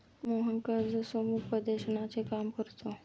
मोहन कर्ज समुपदेशनाचे काम करतो